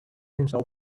himself